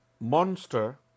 monster